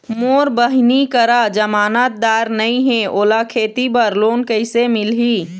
मोर बहिनी करा जमानतदार नई हे, ओला खेती बर लोन कइसे मिलही?